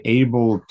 able